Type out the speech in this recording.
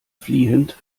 fliehend